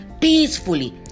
peacefully